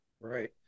Right